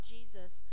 Jesus